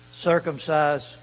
circumcised